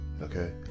Okay